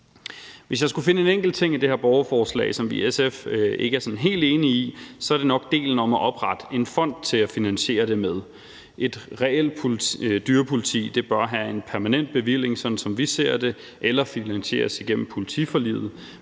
Hvis jeg skulle finde en enkelt ting i det her borgerforslag, som vi i SF ikke er sådan helt enige i, så er det nok delen om at oprette en fond til at finansiere det med. Et reelt dyrepoliti bør, sådan som vi ser det, have en permanent bevilling eller finansieres gennem politiforliget.